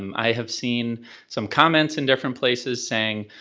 um i have seen some comments in different places saying,